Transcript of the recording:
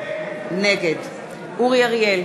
נגד אורי אריאל,